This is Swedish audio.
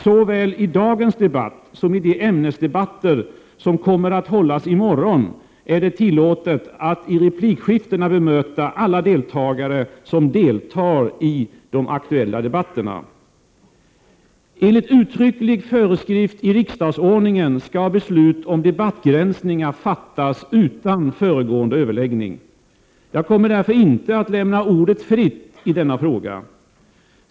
Såväl i dagens debatt som i de ämnesdebatter som kommer att hållas i morgon är det tillåtet att i replikskiftena bemöta alla talare som deltar i de aktuella debatterna. Enligt uttrycklig föreskrift i riksdagsordningen skall beslut om debattbegränsningar fattas utan föregående överläggning. Jag kommer därför inte att lämna ordet fritt i denna fråga.